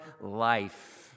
life